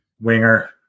winger